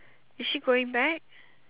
is she going back